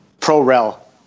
Pro-Rel